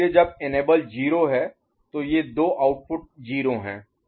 इसलिए जब इनेबल सक्षम 0 है तो ये दो आउटपुट 0 हैं